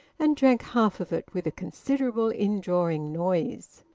and drank half of it with a considerable in-drawing noise.